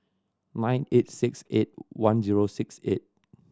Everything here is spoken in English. nine eight six eight one zero six eight